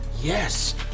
Yes